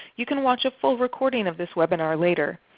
you can watch a full recording of this webinar later.